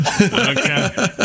Okay